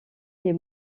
les